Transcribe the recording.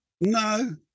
No